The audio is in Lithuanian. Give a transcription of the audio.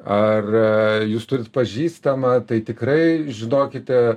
ar jūs turit pažįstamą tai tikrai žinokite